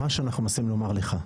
מה שאנחנו מנסים לומר לך,